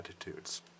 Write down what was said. attitudes